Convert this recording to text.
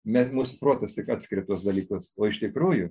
me mūsų protas tik atskria tuios dalykus o iš tikrųjų